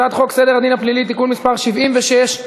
הצעת חוק סדר הדין הפלילי (תיקון מס' 76)